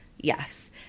Yes